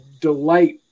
Delight